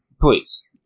Please